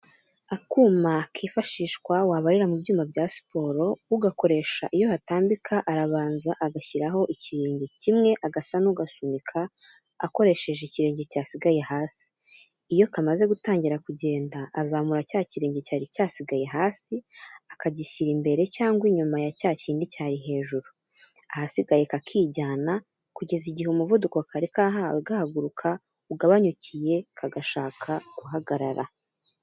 Akuma kifashishwa wabarira mu byuma bya siporo. Ugakoresha iyo hatambika arabanza agashyiraho ikirenge kimwe agasa n'ugasunika akoresheje ikirenge cyasigaye hasi. Iyo kamaze gutangira kugenda, azamura cya kirenge cyari cyasigaye hasi akagishyira imbere cyangwa inyuma ya cya kindi cyari hejuru, ahasigaye kakijyana kugeza igihe umuvuduko kari kahawe gahaguruka ugabanyukiye kagashaka guhagarara.